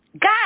God